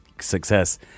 success